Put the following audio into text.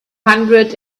hundred